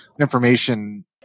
information